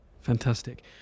Fantastic